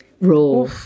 Raw